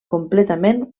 completament